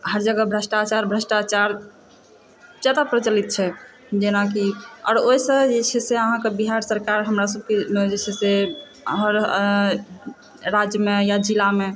हर जगह भ्रष्टाचार भ्रष्टाचार जादा प्रचलित छै जेनाकि आओर ओहिसँ जे छै से अहाँकऽ बिहार सरकार हमरा सभकऽ जे छै से राज्यमे या जिलामे